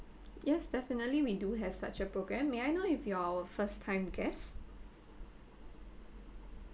yes definitely we do have such a program may I know if you're our first time guests